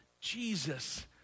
Jesus